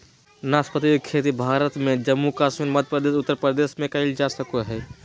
नाशपाती के खेती भारत में जम्मू कश्मीर, मध्य प्रदेश, उत्तर प्रदेश में कइल जा सको हइ